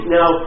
Now